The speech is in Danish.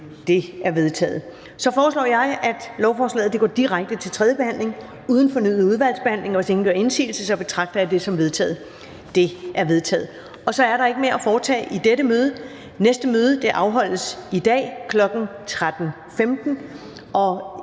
De er vedtaget. Så foreslår jeg, at lovforslaget går direkte til tredje behandling uden fornyet udvalgsbehandling. Hvis ingen gør indsigelse, betragter jeg det som vedtaget. Det er vedtaget. --- Kl. 13:00 Meddelelser fra formanden Første næstformand (Karen